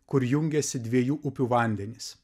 kur jungiasi dviejų upių vandenys